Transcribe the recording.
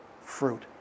fruit